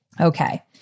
Okay